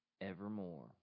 evermore